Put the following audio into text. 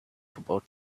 about